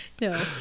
No